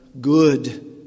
good